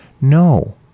No